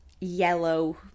yellow